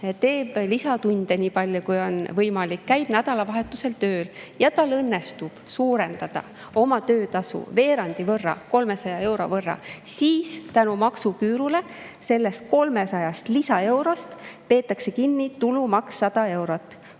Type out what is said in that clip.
teeb lisatunde nii palju, kui on võimalik, käib nädalavahetusel tööl ja tal õnnestub suurendada oma töötasu veerandi võrra, 300 euro võrra, siis tänu maksuküürule sellest 300 lisaeurost peetakse kinni tulumaks 100 eurot.